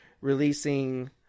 releasing